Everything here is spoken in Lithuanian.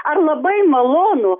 ar labai malonu